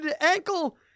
ankle